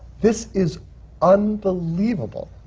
this is unbelievable!